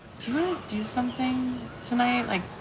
to do something tonight,